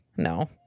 No